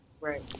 Right